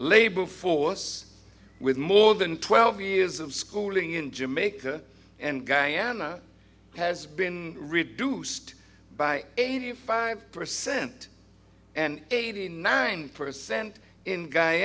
labor force with more than twelve years of schooling in jamaica and guyana has been reduced by eighty five percent and eighty nine per cent in guy